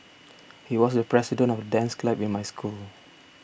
he was the president of the dance club in my school